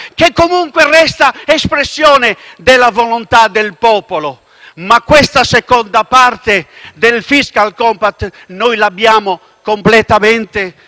Ma questa seconda parte del *fiscal compact* noi l'abbiamo completamente dimenticata. Per concludere,